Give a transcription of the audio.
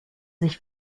sich